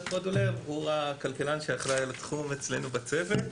הוא הכלכלן שאחראי על התחום אצלנו בצוות.